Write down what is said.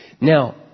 Now